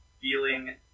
feeling